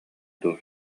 дуо